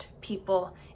people